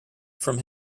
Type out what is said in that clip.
from